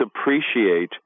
appreciate